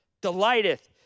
delighteth